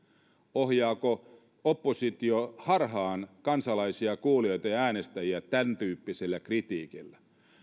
ohjaako oppositio harhaan kansalaisia kuulijoita ja äänestäjiä tämän tyyppisellä kritiikillä